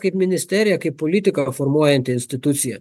kaip ministerija kaip politiką formuojanti institucija